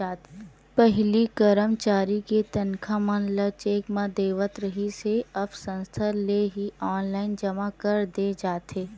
पहिली करमचारी के तनखा मन ल चेक म देवत रिहिस हे अब संस्था ले ही ऑनलाईन जमा कर दे जाथे